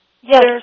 Yes